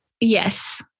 Yes